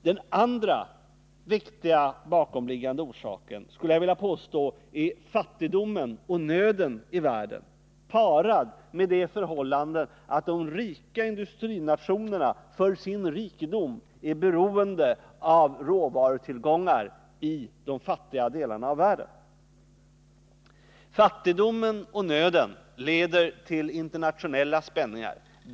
Den andra viktiga bakomliggande orsaken skulle jag vilja påstå är fattigdomen och nöden i världen parad med det förhållandet att de rika industrinationerna för sin rikedom är beroende av råvarutillgångar i de fattiga delarna av världen. Fattigdomen och nöden leder till internationella spänningar.